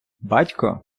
батько